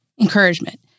encouragement